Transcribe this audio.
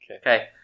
Okay